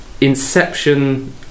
Inception